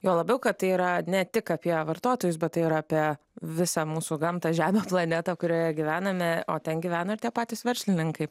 juo labiau kad tai yra ne tik apie vartotojus bet ir apie visą mūsų gamtą žemės planetą kurioje gyvename o ten gyvena ir tie patys verslininkai